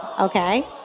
Okay